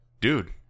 Dude